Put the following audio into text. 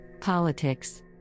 Politics